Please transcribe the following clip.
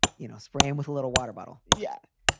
you know, spraying with a little water bottle. yeah.